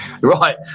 Right